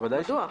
ודאי שכן.